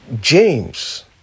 James